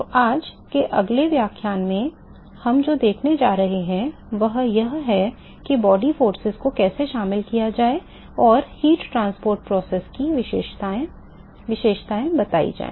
तो आज के अगले व्याख्यान में हम जो देखने जा रहे हैं वह यह है कि body forces को कैसे शामिल किया जाए और ऊष्मा परिवहन प्रक्रिया heat transport process की विशेषता बताई जाए